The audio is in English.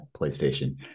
PlayStation